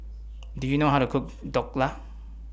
Do YOU know How to Cook Dhokla